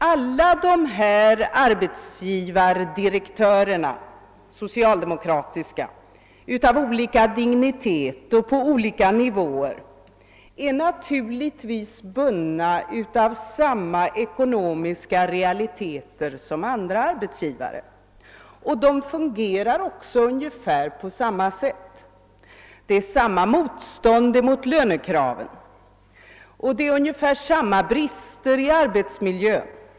Alla dessa socialdemokratiska arbetsgivardirektörer av olika dignitet och på olika nivåer är naturligtvis bundna av samma ekonomiska realiteter som andra arbetsgivare, och de fungerar också på ett liknande sätt. Det är samma motstånd mot lönekraven, och det är ungefär samma brister i arbetsmiljön.